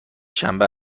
شنبه